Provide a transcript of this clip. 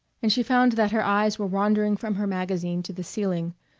and she found that her eyes were wandering from her magazine to the ceiling,